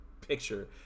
picture